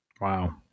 wow